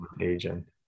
agent